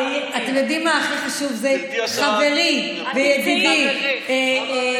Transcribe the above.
אתם יודעים מה, הכי חשוב זה חברי וידידי מיכאל.